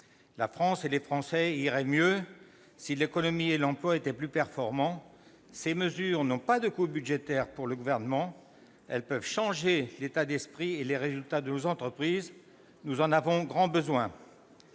La France et les Français iraient mieux si l'économie et l'emploi étaient plus performants. Ces mesures n'ont pas de coût budgétaire pour le Gouvernement, mais elles peuvent changer l'état d'esprit et les résultats de nos entreprises. Nous en avons grand besoin